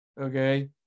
okay